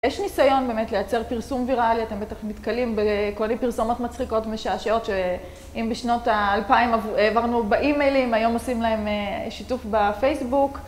יש ניסיון באמת לייצר פרסום ויראלי, אתם בטח נתקלים בכל מיני פרסומות מצחיקות ומשעשעות שאם בשנות ה-2000 העברנו באי-מיילים, היום עושים להם שיתוף בפייסבוק.